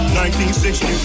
1960